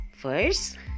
First